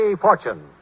Fortune